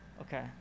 okay